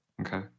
Okay